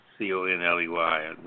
C-O-N-L-E-Y